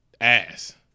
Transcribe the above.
ass